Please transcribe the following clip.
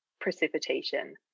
precipitation